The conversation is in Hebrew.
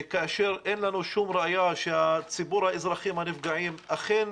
כאשר אין לנו שום ראיה שציבור האזרחים הנפגעים אכן